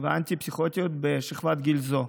ואנטי-פסיכוטיות בשכבת גיל זו,